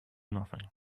nothing